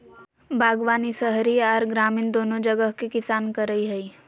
बागवानी शहरी आर ग्रामीण दोनो जगह के किसान करई हई,